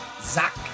Zach